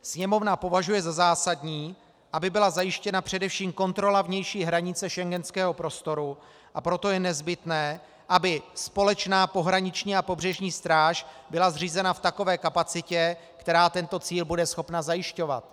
Sněmovna považuje za zásadní, aby byla zajištěna především kontrola vnější hranice schengenského prostoru, a proto je nezbytné, aby společná pohraniční a pobřežní stráž byla zřízena v takové kapacitě, která tento cíl bude schopna zajišťovat.